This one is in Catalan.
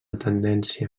tendència